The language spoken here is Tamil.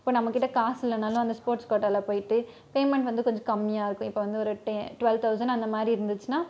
இப்போ நம்மகிட்ட காசு இல்லைனாலும் அந்த ஸ்போர்ட்ஸ் கோட்டாவில் போய்ட்டு பேமண்ட் வந்து கொஞ்சம் கம்மியாக இருக்கும் இப்போ வந்து ஒரு டுவல் தௌசண்ட் அந்த மாதி இருந்துச்சுனா